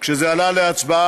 כשזה עלה להצבעה,